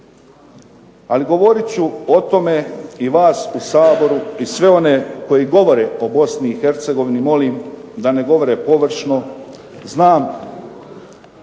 Ali govorit ću o tome i vas u Saboru i sve oni koji govore o Bosni i Hercegovini molim da ne govore površno. Znam